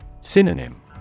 Synonym